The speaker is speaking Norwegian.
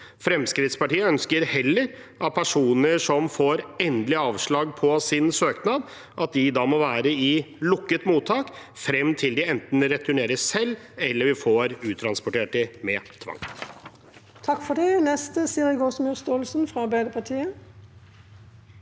Fremskrittspartiet ønsker heller at personer som får endelig avslag på sin søknad, må være i lukket mottak frem til de enten returnerer selv, eller vi får uttransportert dem med tvang.